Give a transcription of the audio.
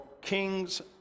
Kings